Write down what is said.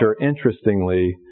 interestingly